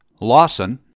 Lawson